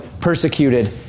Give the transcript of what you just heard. persecuted